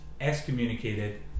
excommunicated